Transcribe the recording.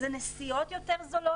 אלו נסיעות יותר זולות.